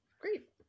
great